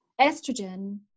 estrogen